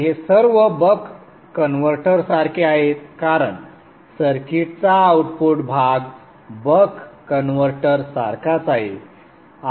तर हे सर्व बक कन्व्हर्टरसारखे आहेत कारण सर्किटचा आउटपुट भाग बक कन्व्हर्टर सारखाच आहे